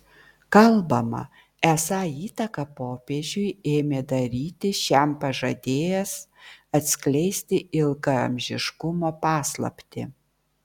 kalbama esą įtaką popiežiui ėmė daryti šiam pažadėjęs atskleisti ilgaamžiškumo paslaptį